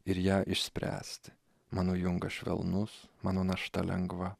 ir ją išspręsti mano jungas švelnus mano našta lengva